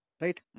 Right